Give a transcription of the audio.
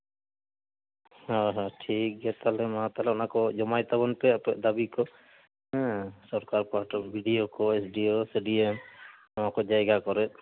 ᱦᱮᱸ ᱦᱮᱸ ᱴᱷᱤᱠᱜᱮᱭᱟ ᱛᱟᱦᱞᱮ ᱢᱟ ᱛᱟᱦᱞᱮ ᱚᱱᱟ ᱠᱚ ᱡᱚᱢᱟᱭ ᱛᱟᱵᱚᱱ ᱯᱮ ᱟᱯᱮᱭᱟᱜ ᱫᱟᱹᱵᱤ ᱠᱚ ᱦᱮᱸ ᱥᱚᱨᱠᱟᱨ ᱯᱟᱦᱴᱟ ᱵᱤ ᱰᱤ ᱳ ᱠᱚ ᱮᱥ ᱰᱤ ᱳ ᱥᱮ ᱰᱤ ᱮᱢ ᱱᱚᱣᱟ ᱠᱚ ᱡᱟᱭᱜᱟ ᱠᱚᱨᱮᱫ